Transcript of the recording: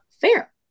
fair